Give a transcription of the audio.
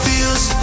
Feels